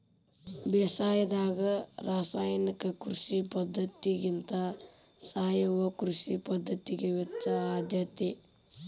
ಬೇಸಾಯದಾಗ ರಾಸಾಯನಿಕ ಕೃಷಿ ಪದ್ಧತಿಗಿಂತ ಸಾವಯವ ಕೃಷಿ ಪದ್ಧತಿಗೆ ಹೆಚ್ಚು ಆದ್ಯತೆ